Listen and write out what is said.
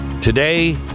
Today